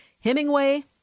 Hemingway